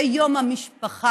זה יום המשפחה,